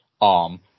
arm